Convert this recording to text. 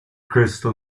crystal